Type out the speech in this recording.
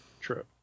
True